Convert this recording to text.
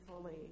fully